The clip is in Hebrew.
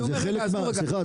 סליחה,